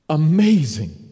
amazing